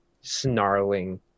snarling